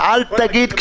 תודה רבה.